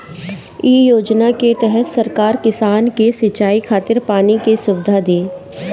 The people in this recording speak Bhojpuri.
इ योजना के तहत सरकार किसान के सिंचाई खातिर पानी के सुविधा दी